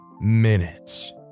minutes